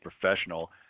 professional